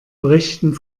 berichten